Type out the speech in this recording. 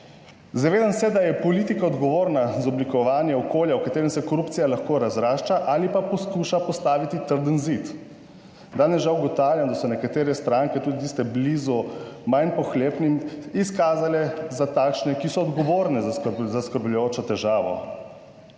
Zavedam se, da je politika odgovorna za oblikovanje okolja, v katerem se korupcija lahko razrašča ali pa poskuša postaviti trden zid. Danes žal ugotavljam, da so nekatere stranke, tudi tiste blizu manj pohlepnim, izkazale za takšne, ki so odgovorne za zaskrbljujočo težavo.